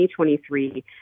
2023